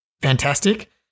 fantastic